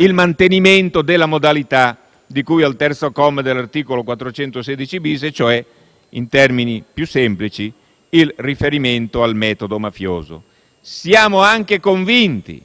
il mantenimento della modalità di cui al terzo comma dell'articolo 416-*bis* del codice penale, cioè - in termini più semplici - il riferimento al metodo mafioso. Siamo anche convinti